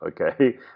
okay